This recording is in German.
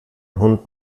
hund